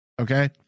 okay